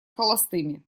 холостыми